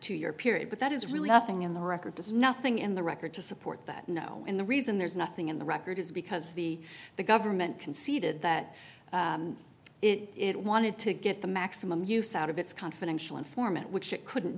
two year period but that is really nothing in the record is nothing in the record to support that no in the reason there's nothing in the record is because the the government conceded that it wanted to get the maximum use out of its confidential informant which it couldn't